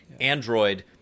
Android